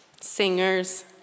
singers